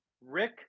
Rick